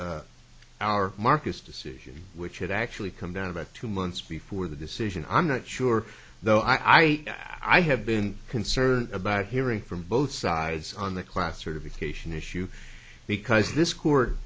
cite our marcus decision which had actually come down about two months before the decision i'm not sure though i i i have been concerned about hearing from both sides on the class sort of education issue because this court